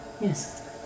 Yes